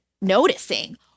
noticing